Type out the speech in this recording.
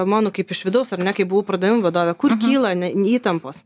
mano kaip iš vidaus ar ne kai buvau pardavimų vadovė kur kyla ne įtampos